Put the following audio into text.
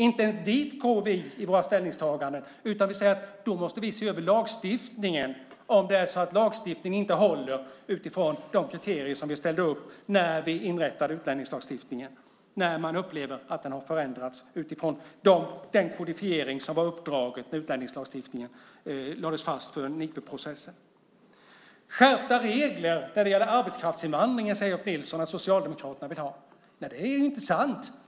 Inte ens dit går vi i våra ställningstaganden, utan vi säger att vi måste se över lagstiftningen om det är så att lagstiftningen inte håller utifrån de kriterier som vi ställde upp när vi inrättade utlänningslagstiftningen och om man upplever att den har förändrats utifrån den kodifiering som var uppdraget när utlänningslagstiftningen lades fast under NIPU-processen. Ulf Nilsson säger att Socialdemokraterna vill ha skärpta regler när det gäller arbetskraftsinvandring. Det är inte sant.